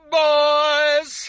boys